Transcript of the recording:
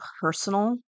personal